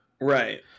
Right